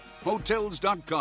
Hotels.com